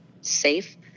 safe